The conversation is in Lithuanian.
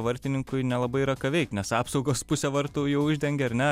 vartininkui nelabai yra ką veikt nes apsaugos pusę vartų jau uždengia ar ne